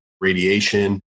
radiation